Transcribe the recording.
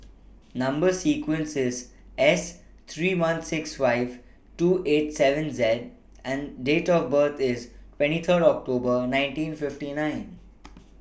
Number sequence IS S three one six five two eight seven Z and Date of birth IS twenty Third October nineteen fifty nine